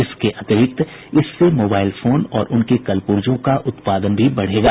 इसके अतिरिक्त इससे मोबाइल फोन और उनके कलपुर्जों का उत्पादन भी बढ़ेगा